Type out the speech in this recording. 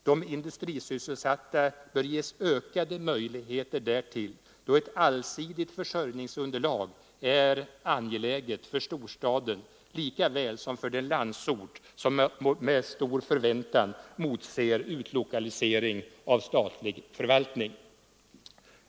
De industrisysselsatta bör ges ökade möjligheter därtill, då ett allsidigt försörjningsunderlag är angeläget för storstaden lika väl som för den landsort som med förväntan motser utlokalisering av statlig förvaltning.